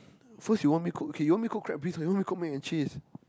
first you want me cook okay you want me cook crab bisque or you want to cook mac and cheese